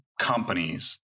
companies